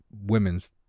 women's